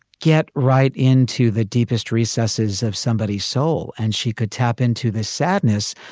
get right into the deepest recesses of somebody's soul. and she could tap into this sadness.